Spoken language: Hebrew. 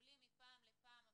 מקבלים מפעם לפעם,